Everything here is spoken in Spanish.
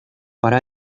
para